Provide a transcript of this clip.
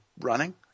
running